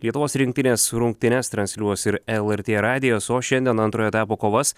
lietuvos rinktinės rungtynes transliuos ir lrt radijas o šiandien antro etapo kovas